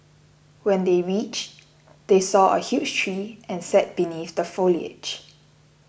when they reach they saw a huge tree and sat beneath the foliage